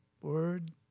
word